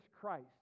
christ